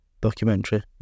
documentary